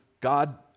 God